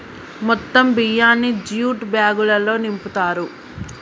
మొత్తం బియ్యాన్ని జ్యూట్ బ్యాగులల్లో నింపుతారు